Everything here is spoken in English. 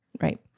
right